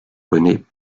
poney